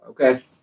Okay